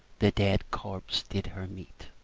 the dead corpse did her meet.